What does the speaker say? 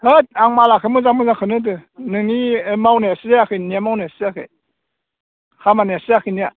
होद आं मालाखो मोजां मोजांखोनो होदो नोंनि मावनायासो जायाखै नोंनिया मावनायासो जायाखै खामानियासो जायाखैनिया